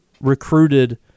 recruited